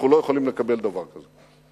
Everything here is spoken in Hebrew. אנחנו לא יכולים לקבל דבר כזה.